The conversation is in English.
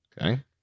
Okay